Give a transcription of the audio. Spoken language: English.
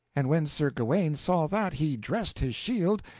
and when sir gawaine saw that, he dressed his shield,